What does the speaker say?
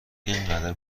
اینقدر